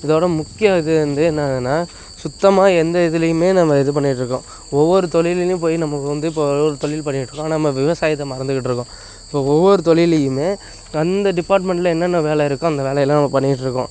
இதோட முக்கிய இது வந்து என்னாதுன்னா சுத்தமாக எந்த இதுலையுமே நம்ப இது பண்ணிட்டுருக்கோம் ஒவ்வொரு தொழில்லியும் போய் நமக்கு வந்து இப்போ ஒவ்வொரு தொழில் பண்ணிக்கிட்டுருக்கோம் ஆனால் நம்ம விவசாயத்தை மறந்துக்கிட்டுருக்கோம் ஸோ ஒவ்வொரு தொழில்லியுமே அந்த டிப்பார்ட்மெண்ட்டில என்னன்ன வேலை இருக்கோ அந்த வேலையெல்லாம் நம்ப பண்ணிக்கிட்டுருக்கோம்